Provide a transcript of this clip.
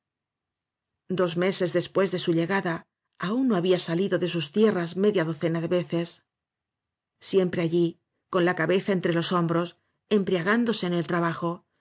dos meses después de su llegada aún no ha bía salido de sus tierras media docena de veces siempre allí l la cabeza entre los hombros embriagándose en el trabajo